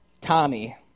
Tommy